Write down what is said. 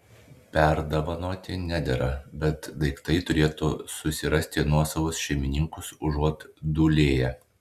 perdovanoti nedera bet daiktai turėtų susirasti nuosavus šeimininkus užuot dūlėję